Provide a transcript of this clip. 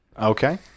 Okay